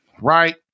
right